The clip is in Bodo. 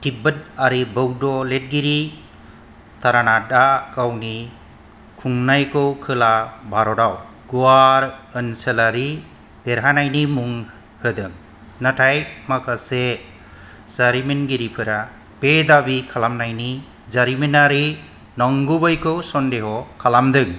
तिब्बतयारि बौद्ध लिरगिरि तारानाथआ गावनि खुंनायखौ खोला भारतआव गुवार ओनसोलारि देरहानायनि मुं होदों नाथाय माखासे जारिमिनगिरिफोरा बे दाबि खालामनायनि जारिमिनारि नंगुबैखौ सन्देह खालामदों